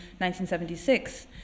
1976